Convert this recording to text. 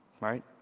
Right